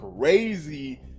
crazy